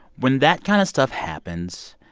when that kind of stuff happens,